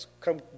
Come